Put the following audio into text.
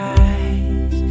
eyes